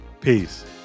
Peace